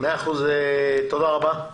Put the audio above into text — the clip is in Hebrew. תודה רבה.